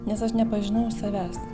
nes aš nepažinau savęs